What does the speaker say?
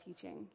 teaching